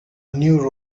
new